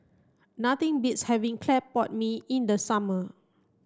nothing beats having clay pot mee in the summer